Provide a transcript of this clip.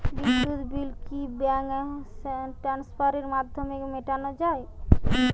বিদ্যুৎ বিল কি ব্যাঙ্ক ট্রান্সফারের মাধ্যমে মেটানো য়ায়?